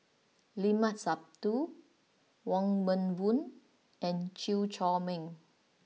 Limat Sabtu Wong Meng Voon and Chew Chor Meng